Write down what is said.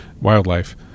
wildlife